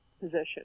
position